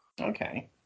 Okay